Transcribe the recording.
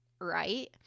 right